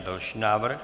Další návrh.